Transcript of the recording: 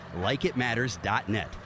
LikeItMatters.net